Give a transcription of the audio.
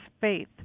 faith